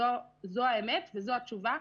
זו האמת וזו התשובה,